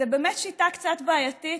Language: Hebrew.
זו באמת שיטה קצת בעייתית,